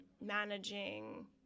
managing